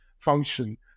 function